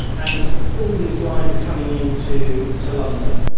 and all these lines are coming in to to london.